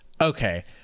okay